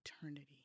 eternity